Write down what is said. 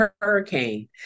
Hurricane